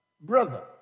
brother